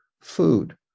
food